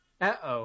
Uh-oh